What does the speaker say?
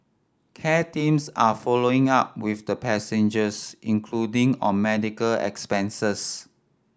care teams are following up with the passengers including on medical expenses